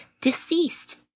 deceased